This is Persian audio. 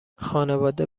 خانواده